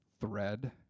thread